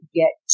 get